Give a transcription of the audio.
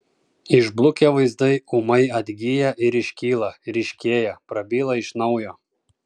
išblukę vaizdai ūmai atgyja ir iškyla ryškėja prabyla iš naujo